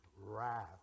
wrath